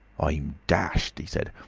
i'm dashed! he said.